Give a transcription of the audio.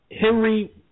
Henry